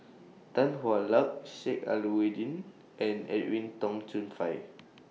Tan Hwa Luck Sheik Alau'ddin and Edwin Tong Chun Fai